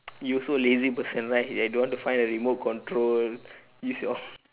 you also a lazy person right like don't want to find the remote control use your